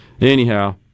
Anyhow